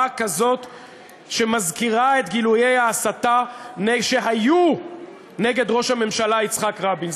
כזאת שמזכירה את גילויי ההסתה שהיו נגד ראש הממשלה יצחק רבין,